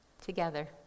together